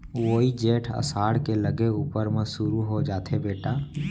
वोइ जेठ असाढ़ के लगे ऊपर म सुरू हो जाथे बेटा